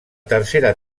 tercera